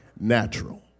natural